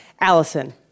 Allison